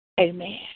Amen